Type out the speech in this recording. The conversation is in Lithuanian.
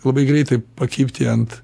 labai greitai pakibti ant